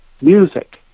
music